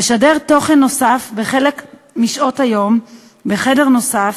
לשדר תוכן נוסף בחלק משעות היום בחדר נוסף,